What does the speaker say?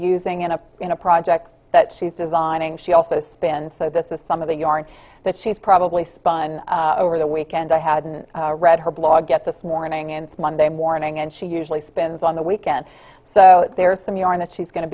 using in a in a project that she's designing she also spins so this is some of the yarn that she's probably spun over the weekend i hadn't read her blog at this morning it's monday morning and she usually spends on the weekend so there's some yarn that she's going to